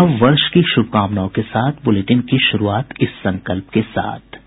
नववर्ष की शुभकामनाओं के साथ बुलेटिन की शुरूआत इस संकल्प के साथ